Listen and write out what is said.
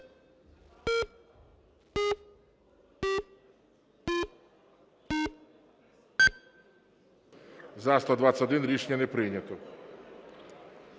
За-121 Рішення не прийнято.